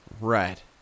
Right